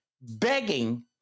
begging